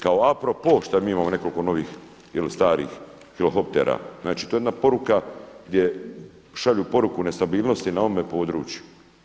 Kao a propos što mi imamo nekoliko novih ili starih helikoptera, znači to je jedna poruka gdje šalju poruku nestabilnosti na ovome području.